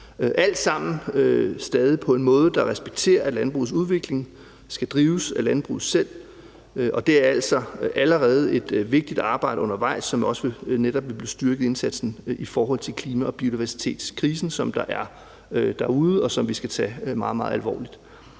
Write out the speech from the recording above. alt sammen stadig på en måde, der respekterer, at landbrugets udvikling skal drives af landbruget selv. Og der er altså allerede et vigtigt arbejde undervejs, som også netop vil styrke indsatsen i forhold til den klima- og biodiversitetskrise, som der er derude, og som vi skal tage meget, meget alvorligt.